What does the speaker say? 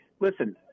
listen